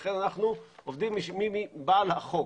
לכן אנחנו עובדים עם בעל החוק,